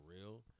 real